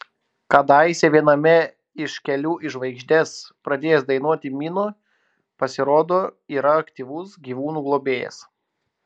kadaise viename iš kelių į žvaigždes pradėjęs dainuoti mino pasirodo yra aktyvus gyvūnų globėjas